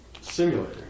simulator